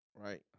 right